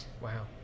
Wow